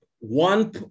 one